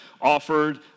offered